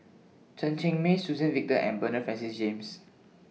Chen Cheng Mei Suzann Victor and Bernard Francis James